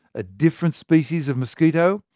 a different species of mosquito,